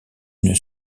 une